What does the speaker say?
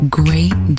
great